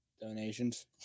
donations